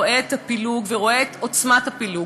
רואה את הפילוג ורואה את עוצמת הפילוג,